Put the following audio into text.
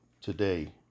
today